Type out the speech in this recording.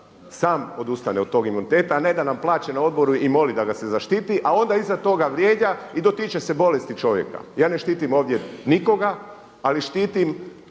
sam odustane od tog imuniteta a ne da nam plaće na odboru i moli da ga se zaštiti a onda iza toga vrijeđa i dotiče se bolesti čovjeka. Ja ne štitim ovdje nikoga ali štitim